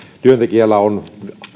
työntekijällä on